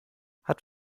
hat